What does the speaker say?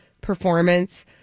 performance